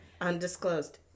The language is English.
Undisclosed